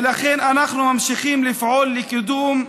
ולכן אנחנו ממשיכים לפעול לקידום תוכניות,